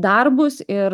darbus ir